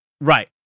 Right